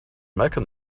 mecca